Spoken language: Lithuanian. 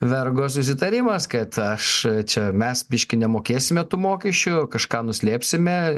vergo susitarimas kad aš čia mes biškį nemokėsime tų mokesčių kažką nuslėpsime